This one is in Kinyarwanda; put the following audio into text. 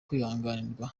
kwihanganirwa